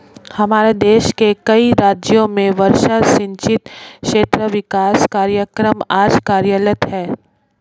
हमारे देश के कई राज्यों में वर्षा सिंचित क्षेत्र विकास कार्यक्रम आज कार्यरत है